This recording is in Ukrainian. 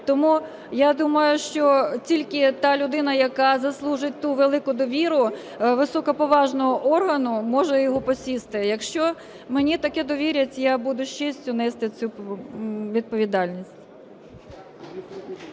тому я думаю, що тільки та людина, яка заслужить ту велику довіру високоповажного органу, може його просісти. Якщо мені таке довірять, я буду з честю нести цю відповідальність.